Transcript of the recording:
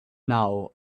now